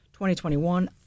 2021